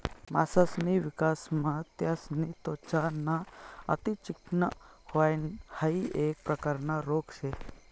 मासासनी विकासमा त्यासनी त्वचा ना अति चिकनं व्हयन हाइ एक प्रकारना रोग शे